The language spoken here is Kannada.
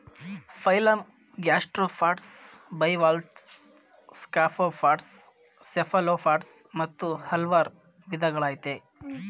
phylum gastropods bivalves scaphopods cephalopods ಮತ್ತು ಹಲ್ವಾರ್ ವಿದಗಳಯ್ತೆ